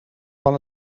van